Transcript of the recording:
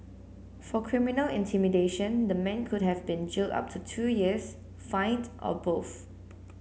for criminal intimidation the man could have been jailed up to two years fined or both